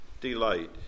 delight